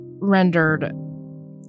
Rendered